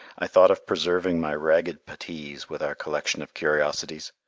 i thought of preserving my ragged puttees with our collection of curiosities.